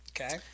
Okay